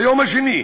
ביום השני.